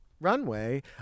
runway